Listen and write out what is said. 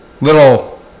little